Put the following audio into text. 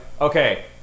okay